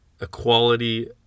equality